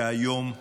שהיום יודעים,